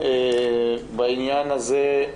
בעניין הזה,